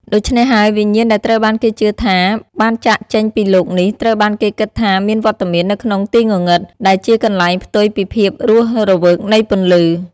ដូច្នេះហើយ វិញ្ញាណដែលត្រូវបានគេជឿថាបានចាកចេញពីលោកនេះ ត្រូវបានគេគិតថាមានវត្តមាននៅក្នុងទីងងឹត ដែលជាកន្លែងផ្ទុយពីភាពរស់រវើកនៃពន្លឺ ។